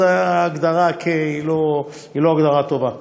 אז ההגדרה "כ" היא לא הגדרה טובה.